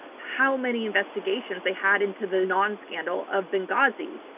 how many investigations they had into the non-scandal of benghazi.